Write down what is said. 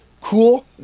cool